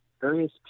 various